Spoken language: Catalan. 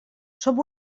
som